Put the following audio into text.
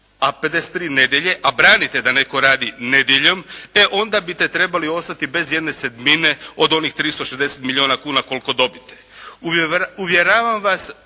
a 53 nedjelje, a branite da netko radi nedjeljom, e onda bi te trebali ostati bez jedne sedmine od onih 360 milijuna kuna koliko dobite. Uvjeravam vas,